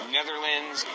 Netherlands